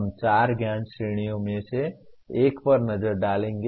हम चार ज्ञान श्रेणियों में से एक पर नजर डालेंगे